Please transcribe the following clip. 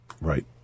Right